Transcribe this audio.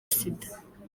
sida